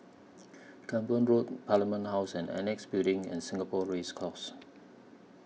Camborne Road Parliament House and Annexe Building and Singapore Race Course